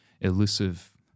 elusive